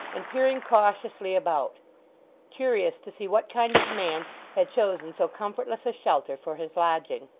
and peering cautiously about curious to see what kind of man had chosen so comfortless a shelter for his lodging.